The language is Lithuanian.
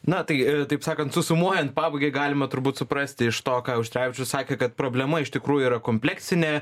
na tai e taip sakant susumuojant pabaigai galima turbūt suprasti iš to ką auštrevičius sakė kad problema iš tikrųjų yra kompleksinė